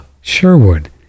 Sherwood